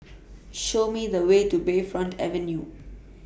Show Me The Way to Bayfront Avenue